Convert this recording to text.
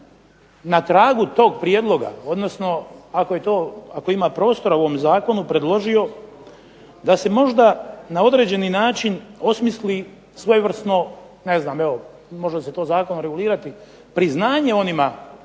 na tragu tog prijedloga, odnosno ako je to, ako ima prostora u ovome zakonu predložio da se možda na određeni način osmisli svojevrsno, evo ne znam može se to zakonom regulirati priznanje onima koji